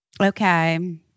okay